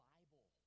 Bible